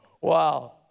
Wow